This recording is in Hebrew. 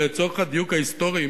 לצורך הדיוק ההיסטורי,